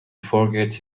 forgets